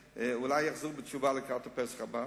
אולי הם יחזרו בתשובה לקראת הפסח הבא,